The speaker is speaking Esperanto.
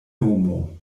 nomo